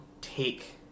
take